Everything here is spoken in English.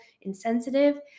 insensitive